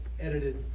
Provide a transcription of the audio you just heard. edited